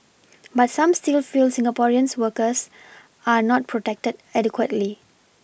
but some still feel Singaporeans workers are not protected adequately